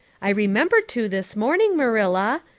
i remembered to this morning, marilla.